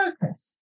focus